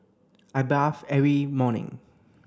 I bath every morning